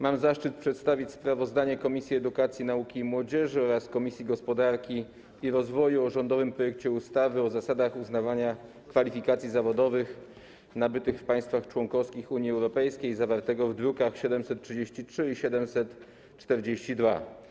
Mam zaszczyt przedstawić sprawozdanie Komisji Edukacji, Nauki i Młodzieży oraz Komisji Gospodarki i Rozwoju o rządowym projekcie ustawy o zmianie ustawy o zasadach uznawania kwalifikacji zawodowych nabytych w państwach członkowskich Unii Europejskiej zawartym w drukach nr 733 i 742.